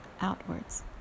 outwards